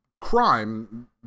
crime